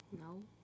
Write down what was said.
No